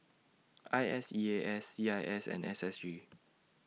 I S E A S C I S and S S G